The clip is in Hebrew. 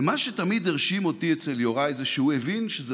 ומה שתמיד הרשים אותי אצל יוראי זה שהוא הבין שזה